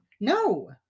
No